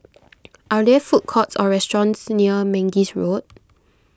are there food courts or restaurants near Mangis Road